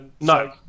No